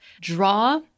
draw